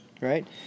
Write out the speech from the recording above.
Right